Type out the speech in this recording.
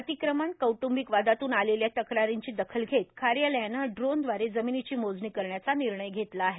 अतिक्रमण कौट्रंबिक वादातून आलेल्या तक्रारींची दखल घेत कार्यालयानं ड्रोनद्वारे जमीनीची मोजणी करण्याचा निर्णय घेतला आहे